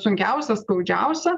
sunkiausia skaudžiausia